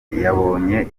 yabonye